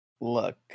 look